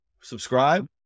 subscribe